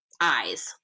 eyes